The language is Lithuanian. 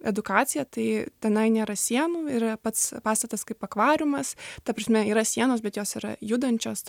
edukacija tai tenai nėra sienų yra pats pastatas kaip akvariumas ta prasme yra sienos bet jos yra judančios